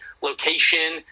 location